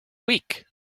week